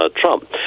Trump